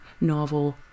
novel